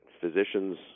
physicians